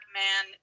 man